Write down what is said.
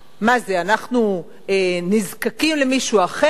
מה זה, אנחנו נזקקים למישהו אחר?